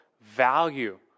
value